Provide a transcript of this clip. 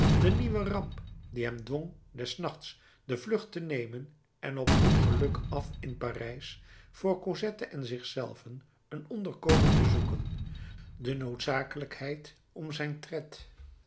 de nieuwe ramp die hem dwong des nachts de vlucht te nemen en op goed geluk af in parijs voor cosette en zichzelven een onderkomen te zoeken de noodzakelijkheid om zijn tred